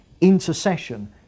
intercession